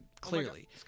clearly